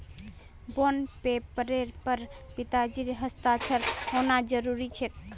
bond पेपरेर पर पिताजीर हस्ताक्षर होना जरूरी छेक